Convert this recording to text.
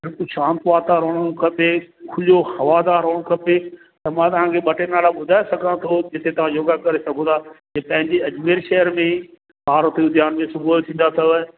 हिकु शांति वातावरण हुअणु खपे खुलियो हवादारु हुअण खपे त मां तव्हां खे ॿ टे नाला ॿुधाए सघां थो जिते तव्हां योगा करे सघो था इहे पंहिंजे अजमेर शहर में पार्वती उद्यान में सुबूह जो थींदा अथव